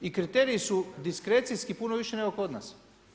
I kriteriji su diskrecijski puno viši nego kod nas.